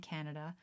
Canada